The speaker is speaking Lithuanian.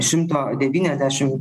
šimto devyniasdešim